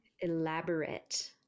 Elaborate